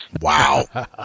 Wow